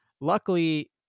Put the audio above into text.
Luckily